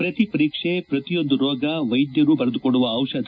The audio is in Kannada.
ಪ್ರತಿ ಪರೀಕ್ಷೆ ಪ್ರತಿಯೊಂದು ರೋಗ ವೈದ್ದರು ಬರೆದುಕೊಡುವ ದಿಷಧ